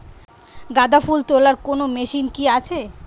গাঁদাফুল তোলার কোন মেশিন কি আছে?